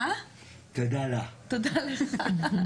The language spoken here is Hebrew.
תודה לך.